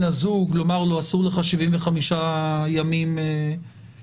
הזוג לומר לו: אסור לך 75 ימים לעבור.